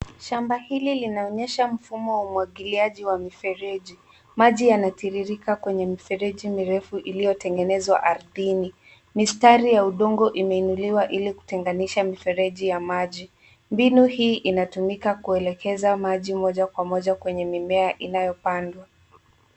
Shamba hili linaonyesha mfumo wa umwangiliaji wa mifereji. Maji yanatiririka kwenye mifereji mirefu iliyotegenezwa ardhini. Mistari ta udongo imeinuliwa ili kutenganisha mifereji ya maji. Mbinu hii inatumika kuelekeza maji moja kwa moja kwenye mimea inayopandwa.